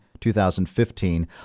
2015